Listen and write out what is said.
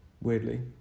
weirdly